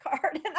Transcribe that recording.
card